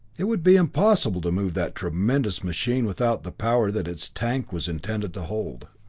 it would be impossible to move that tremendous machine without the power that its tank was intended to hold.